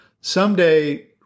Someday